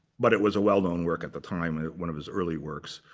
but it was a well-known work at the time one of his early works.